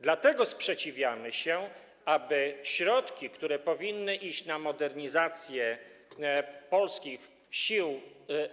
Dlatego sprzeciwiamy się, aby środki, które powinny iść na modernizację polskich Sił